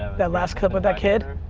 that last clip with that kid,